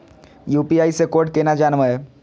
UPI से code केना जानवै?